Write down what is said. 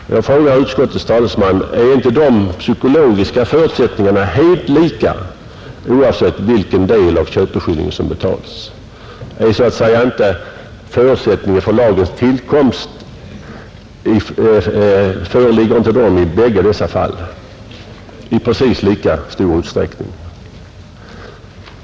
Min första fråga till utskottets talesman är: Är inte de psykologiska förutsättningarna helt lika, oavsett vilken del av köpeskillingen som betalas? Föreligger inte de förutsättningar som föranlett lagens tillkomst i precis lika stor utsträckning i båda dessa fall?